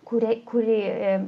kuriai kuri